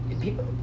people